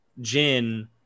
Jin